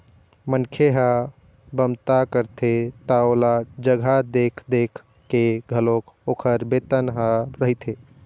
मनखे ह बमता करथे त ओला जघा देख देख के घलोक ओखर बेतन ह रहिथे